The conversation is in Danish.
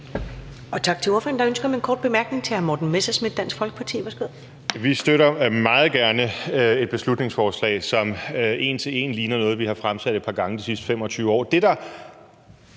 Tak til ordføreren. Der er ønske om en kort bemærkning til hr. Morten Messerschmidt, Dansk Folkeparti, værsgo. Kl. 13:29 Morten Messerschmidt (DF): Vi støtter meget gerne et beslutningsforslag, som en til en ligner noget, vi har fremsat et par gange de sidste 25 år.